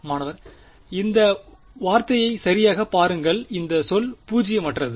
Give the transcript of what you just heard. மாணவர் இந்த வார்த்தையை சரியாக பாருங்கள் இந்த சொல் பூஜ்ஜியமற்றது